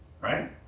right